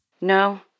No